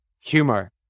humor